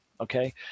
okay